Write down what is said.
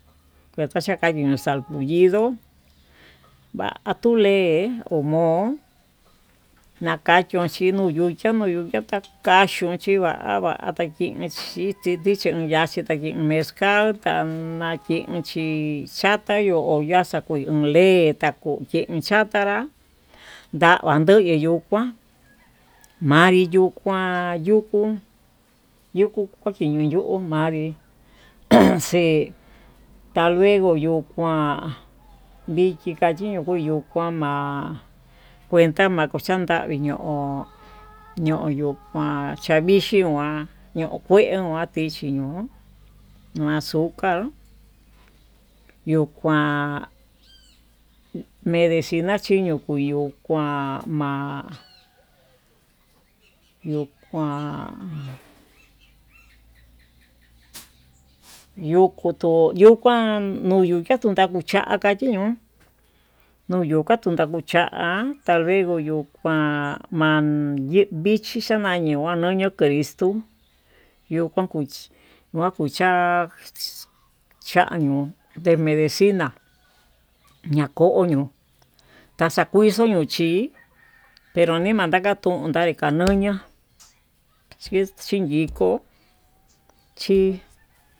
Kata chaño salpuyido va'a atole ho mo'o. anakaxhio chí noyuchia noyuchiá kaxhuu xhi v'a va'a kuni xhii chindiki yachi kundii mexo'o ka kan makenchí, chaka yo'o naxa kuu uletá moyen chatanrá ndava yuyi yuu kuan manri yuu kuan yukuu, yukuu kani nuu yuu manri han anxe kayeguo yuu kuan yoko yuka ma'a kuenta mako xandavi ño'o ño'o yuu kuan xavixhi nguá, ñoo kua matixhi ño'o maxukanr yuu kuan medexina chi ñoo kuyu uan ma'a kuyu kuan, yukutu yuu kuan noyo kakundanguó chaka chiñon noyoka kayuu takuu cha'a taluego yuu kuan ma'a yee vichi xamañu ñuu ñokonrí ixtu yuu kuan kuxhi kua kuu cha'a chañuu, nde medecina na'a koñuu taxakuixo ñuu chí pero nema'a takatuntai kanuyo xhin xhindikó chí.